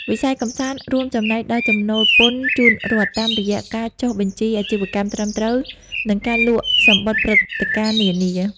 វិស័យកម្សាន្តរួមចំណែកដល់ចំណូលពន្ធជូនរដ្ឋ តាមរយៈការចុះបញ្ជីអាជីវកម្មត្រឹមត្រូវ និងការលក់សំបុត្រព្រឹត្តិការណ៍នានា។